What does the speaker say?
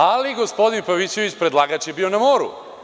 Ali, gospodin Pavićević, predlagač je bio na moru.